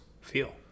feel